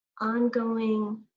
ongoing